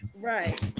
Right